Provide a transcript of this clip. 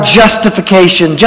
justification